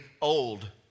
old